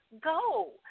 go